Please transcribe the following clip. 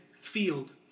field